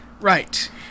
Right